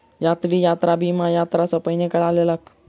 यात्री, यात्रा बीमा, यात्रा सॅ पहिने करा लेलक